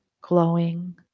glowing